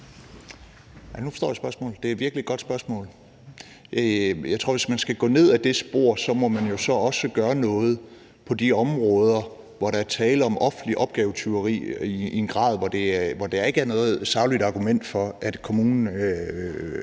Nu forstår jeg spørgsmålet. Det er virkelig et godt spørgsmål. Jeg tror, at hvis man skal gå ned ad det spor, må man jo også gøre noget på de områder, hvor der er tale om offentligt opgavetyveri i en grad, så der ikke er noget sagligt argument for det,